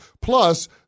Plus